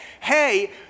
hey